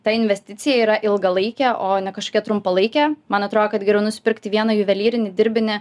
ta investicija yra ilgalaikė o ne kažkokia trumpalaikė man atrodo kad geriau nusipirkti vieną juvelyrinį dirbinį